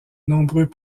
nombreux